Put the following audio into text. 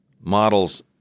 models